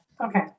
Okay